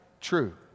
True